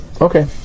Okay